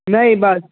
نہیں بس